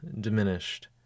diminished